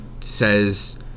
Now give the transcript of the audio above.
says